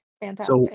fantastic